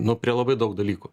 nu prie labai daug dalykų